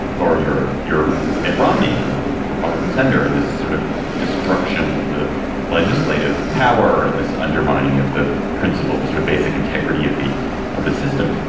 or your you're mitt romney and your republican senator in this sort of destruction of the legislative power and this undermining undermining of the principle the sort of basic integrity of the of the system.